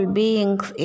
beings